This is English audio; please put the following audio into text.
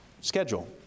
schedule